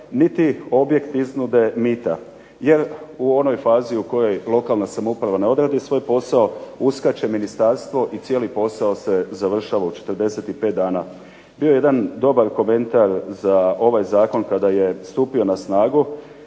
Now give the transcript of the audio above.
niti objekt iznude mita. Jer u onoj fazi u kojoj lokalna samouprava ne odradi svoj posao uskače ministarstvo i cijeli posao se završava u 45 dana. Bio je jedan dobar komentar za ovaj zakon kada je stupio na snagu